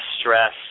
stress